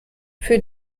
für